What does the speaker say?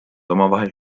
omavahel